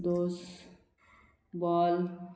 दोस बॉल